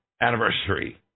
anniversary